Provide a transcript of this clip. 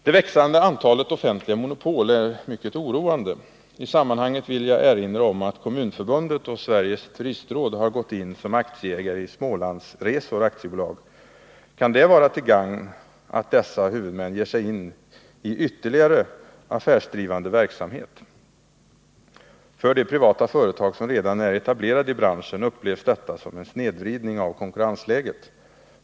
Det växande antalet offentliga monopol är mycket oroande. I sammanhanget vill jag erinra om att Kommunförbundet och Sveriges Turistråd har gått in som aktieägare i Smålandsresor AB. Kan det vara till gagn att dessa huvudmän ger sig in i ytterligare affärsdrivande verksamhet? Av de privata företag som redan är etablerade i branschen upplevs detta som en snedvridning av konkurrensläget.